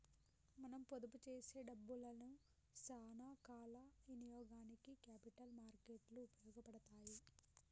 మనం పొదుపు చేసే డబ్బులను సానా కాల ఇనియోగానికి క్యాపిటల్ మార్కెట్ లు ఉపయోగపడతాయి